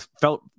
felt